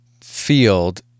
field